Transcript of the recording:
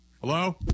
hello